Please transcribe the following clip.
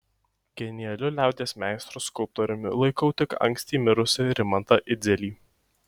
genialiu liaudies meistru skulptoriumi laikau tik anksti mirusį rimantą idzelį